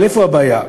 אבל איפה הבעיה?